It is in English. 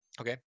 Okay